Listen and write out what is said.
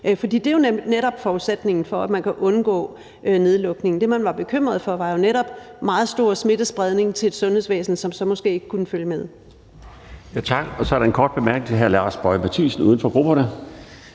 for det er jo netop forudsætningen for, at man kan undgå nedlukning. Det, man var bekymret for, var jo netop meget stor smittespredning til et sundhedsvæsen, som måske ikke kunne følge med.